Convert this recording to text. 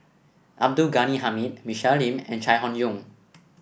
Abdul Ghani Hamid Michelle Lim and Chai Hon Yoong